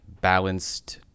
balanced